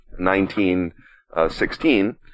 1916